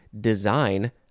design